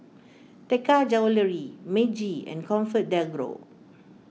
Taka Jewelry Meiji and ComfortDelGro